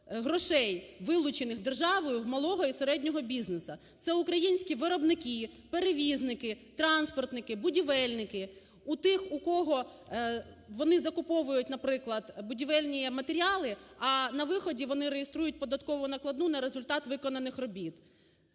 грошей, вилучених державою в малого і середнього бізнесу. Це українські виробники, перевізники, транспортники, будівельники, у тих, у кого вони закуповують, наприклад, будівельні матеріали, а на виході вони реєструють податкову накладну на результат виконаних робіт.